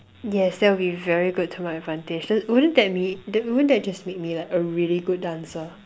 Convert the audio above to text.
yes that'll be very good to my advantage that wouldn't that mean wouldn't that just make me like a really good dancer